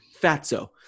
fatso